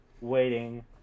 waiting